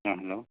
ꯑꯥ hello